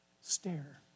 stare